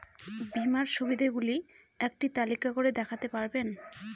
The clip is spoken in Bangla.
বীমার সুবিধে গুলি একটি তালিকা করে দেখাতে পারবেন?